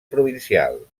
provincial